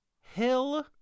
Hill